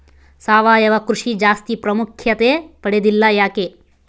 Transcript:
ಸಾವಯವ ಕೃಷಿ ಜಾಸ್ತಿ ಪ್ರಾಮುಖ್ಯತೆ ಪಡೆದಿಲ್ಲ ಯಾಕೆ?